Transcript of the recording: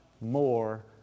more